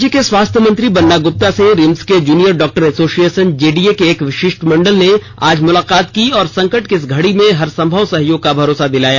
राज्य के स्वास्थ्य मंत्री बन्ना गुप्ता से रिम्स के जूनियर डॉक्टर एसोसिएसन जेडीए के एक षिष्टमंडल ने आज मुलाकात की और संकट की इस घडी में हरसंभव सहयोग का भरोसा दिलाया